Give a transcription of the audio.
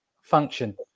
Function